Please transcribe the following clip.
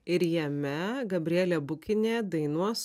ir jame gabrielė bukinė dainuos